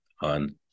on